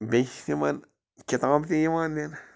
بیٚیہِ چھِ تِمن کِتاب تہِ یِوان دِنہٕ